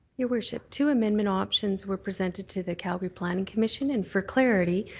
your worship, two amendment options were presented to the calgary planning commission. and for clarity,